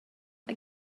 mae